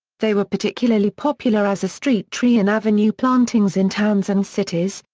they were particularly popular as a street tree in avenue plantings in towns and cities,